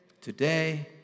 today